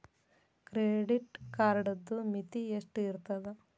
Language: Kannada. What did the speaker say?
ಕ್ರೆಡಿಟ್ ಕಾರ್ಡದು ಮಿತಿ ಎಷ್ಟ ಇರ್ತದ?